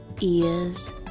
ears